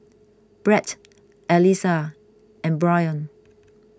Bret Eliza and Bryon